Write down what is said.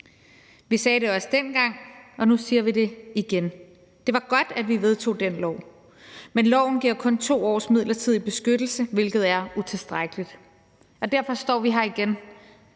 Vi sagde det også dengang, og nu siger vi det igen: Det var godt, at vi vedtog den lov, men loven giver kun 2 års midlertidig beskyttelse, hvilket er utilstrækkeligt, og derfor står vi her igen